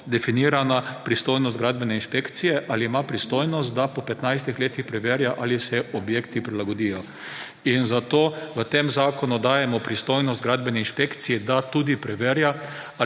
definirana pristojnost gradbene inšpekcije, ali ima pristojnost, da po 15 letih preverja, ali se objekti prilagodijo. Zato v tem zakonu dajemo pristojnost gradbeni inšpekciji, da preverja,